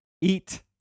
eat